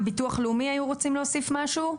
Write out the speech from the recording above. ביטוח לאומי היו רוצים להוסיף משהו?